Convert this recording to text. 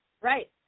Right